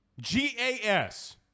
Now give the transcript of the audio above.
G-A-S